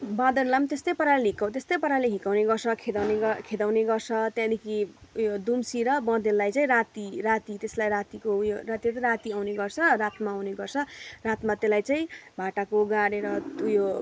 बाँदरलाई त्यस्तै पाराले हिर्काउँ त्यस्तै पाराले हिर्काउने गर्छ खेदाउने ग खेदाउने गर्छ त्यहाँदेखि उयो दुम्सी र बँदेललाई चाहिँ राति राति त्यसलाई रातिको उयो त्यो त राति आउने गर्छ रातमा आउने गर्छ रातमा त्यसलाई चाहिँ भाटाको गाडेर उयो